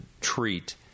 treat